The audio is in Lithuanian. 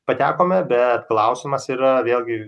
patekome bet klausimas yra vėlgi